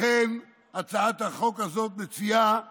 לכן הצעת החוק מציעה